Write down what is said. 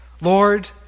Lord